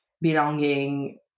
belonging